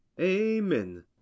Amen